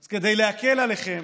אז כדי להקל עליכם